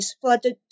flooded